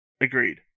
Agreed